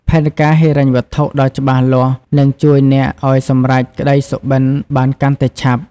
ផែនការហិរញ្ញវត្ថុដ៏ច្បាស់លាស់ នឹងជួយអ្នកឱ្យសម្រេចក្ដីសុបិនបានកាន់តែឆាប់។